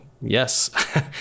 Yes